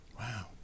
Wow